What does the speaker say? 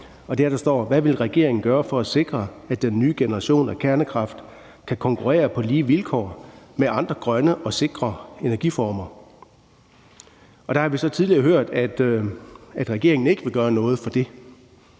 Der står: »Hvad vil regeringen gøre for at sikre, at den nye generation af kernekraft kan konkurrere på lige vilkår med andre grønne og sikre energiformer?« Der har vi så tidligere hørt, at regeringen ikke vil gøre noget for det,